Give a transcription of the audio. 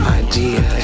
idea